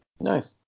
Nice